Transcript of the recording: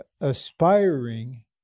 aspiring